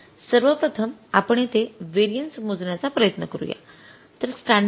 सर्वप्रथम आपण येथे व्हेरिएन्स मोजण्याचा प्रयत्न करू या